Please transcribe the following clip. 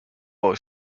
boy